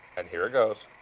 and here it goes.